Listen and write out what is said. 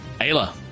Ayla